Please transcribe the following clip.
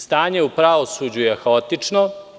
Stanje u pravosuđu je haotično.